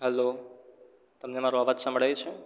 hello તમને મારો અવાજ સંભળાય છે